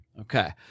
Okay